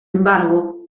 embargo